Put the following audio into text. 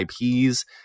IPs